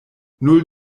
null